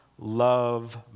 love